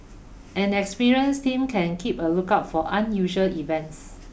an experienced team can keep a lookout for unusual events